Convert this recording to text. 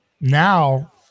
now